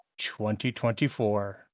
2024